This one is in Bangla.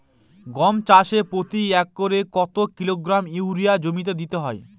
গম চাষে প্রতি একরে কত কিলোগ্রাম ইউরিয়া জমিতে দিতে হয়?